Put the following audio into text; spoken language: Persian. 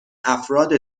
افراد